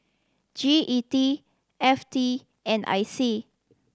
G E D F T and I C